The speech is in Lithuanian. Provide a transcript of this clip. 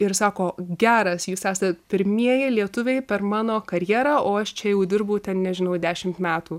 ir sako geras jūs esa pirmieji lietuviai per mano karjerą o aš čia jau dirbu ten nežinau dešimt metų